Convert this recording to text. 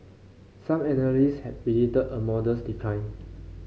some analysts had predicted a modest decline